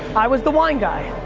i was the wine guy.